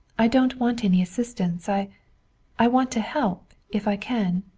i don't want any assistance. i i want to help, if i can.